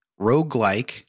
roguelike